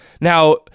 Now